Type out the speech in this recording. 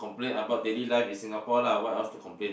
complain about daily life is Singapore lah what else to complain